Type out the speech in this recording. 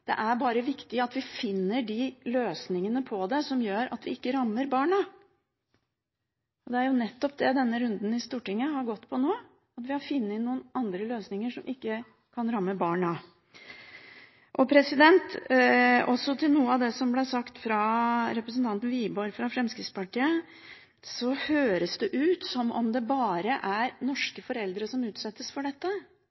er bare viktig at vi finner de løsningene som gjør at vi ikke rammer barna. Det er nettopp det denne runden i Stortinget har gått på nå, at vi har funnet noen andre løsninger som ikke rammer barna. Så til noe av det som ble sagt av representanten Wiborg fra Fremskrittspartiet. Det høres ut som om det bare er